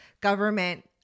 government